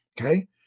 okay